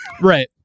right